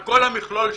על כל המכלול שבו.